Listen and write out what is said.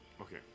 Okay